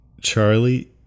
charlie